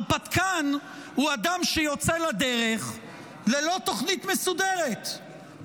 הרפתקן הוא אדם שיוצא לדרך ללא תוכנית מסודרת,